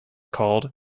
called